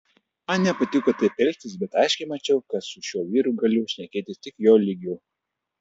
man nepatiko taip elgtis bet aiškiai mačiau kad su šiuo vyru galiu šnekėtis tik jo lygiu